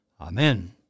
Amen